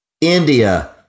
India